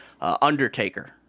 undertaker